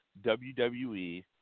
WWE